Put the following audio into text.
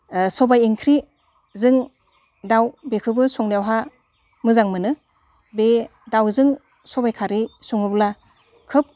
सबाय ओंख्रिजों दाउ बेफोरखोबो संनायावहा मोजां मोनो बे दाउजों सबाय खारि सङोब्ला खोब